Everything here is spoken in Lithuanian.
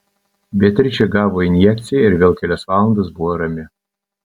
beatričė gavo injekciją ir vėl kelias valandas buvo rami